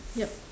yup